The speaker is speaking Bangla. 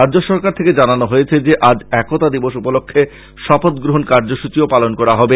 রাজ্য সরকার থেকে জানানো হয়েছে যে আজ একতা দিবস উপলক্ষে শপথগ্রহণ কার্যসচীও পালন করা হবে